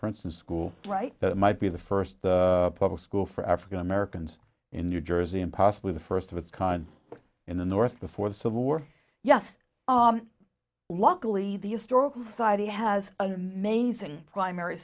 princeton school right that might be the first public school for african americans in new jersey and possibly the first of its kind in the north before the civil war yes luckily the historical society has an amazing primary